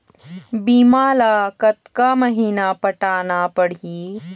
बीमा ला कतका महीना पटाना पड़ही?